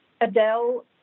Adele